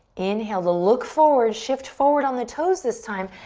inhale to look forward, shift forward on the toes this time.